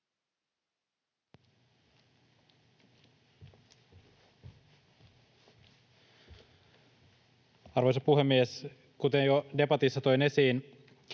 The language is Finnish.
Arvoisa puhemies! Kuten jo debatissa toin esiin,